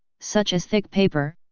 such as thick paper,